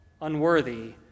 unworthy